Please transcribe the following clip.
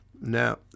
Now